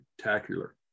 spectacular